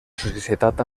societat